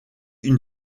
une